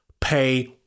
pay